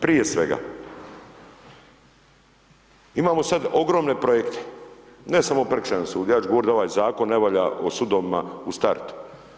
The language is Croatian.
Prije svega, imamo sad ogromne projekte, ne samo prekršajni sud, ja ću govoriti da ovaj Zakon ne valja o sudovima u startu.